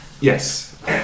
yes